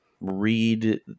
read